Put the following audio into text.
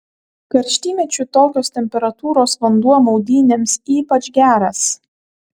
karštymečiu tokios temperatūros vanduo maudynėms ypač geras